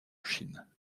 chine